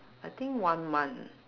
I think one month